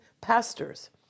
pastors